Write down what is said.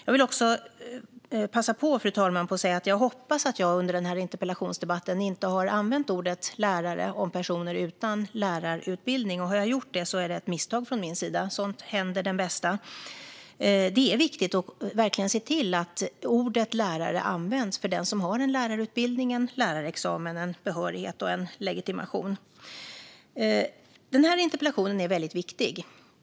Jag vill också passa på, fru talman, att säga att jag hoppas att jag under den här interpellationsdebatten inte har använt ordet "lärare" om personer utan lärarutbildning. Har jag gjort det är det ett misstag från min sida. Sådant händer den bästa. Det är viktigt att verkligen se till att ordet "lärare" används för den som har en lärarutbildning, en lärarexamen, en behörighet och en legitimation. Den här interpellationen är väldigt viktig.